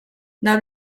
now